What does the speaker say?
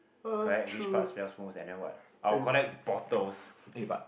correct which part sells most and then what I'll collect bottles